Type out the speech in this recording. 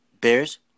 Bears